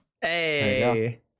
Hey